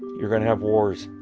you're going to have wars.